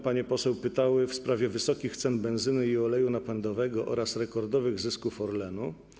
Panie poseł będą pytały w sprawie wysokich cen benzyny i oleju napędowego oraz rekordowych zysków Orlenu.